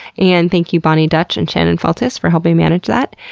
and thank you boni dutch and shannon feltus for helping manage that.